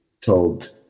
told